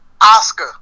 Oscar